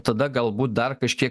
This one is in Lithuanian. tada galbūt dar kažkiek